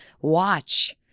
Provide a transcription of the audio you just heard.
Watch